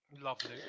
Lovely